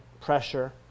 pressure